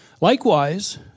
Likewise